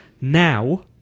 Now